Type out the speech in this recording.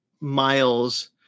Miles